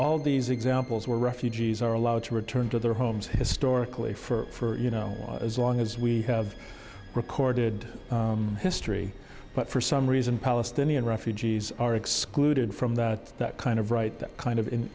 all these examples where refugees are allowed to return to their homes historically for you know as long as we have recorded history but for some reason palestinian refugees are excluded from that that kind of right that kind of